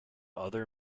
other